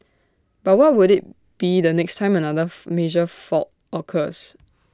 but what would IT be the next time another major fault occurs